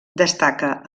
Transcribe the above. destaca